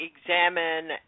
examine